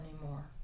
anymore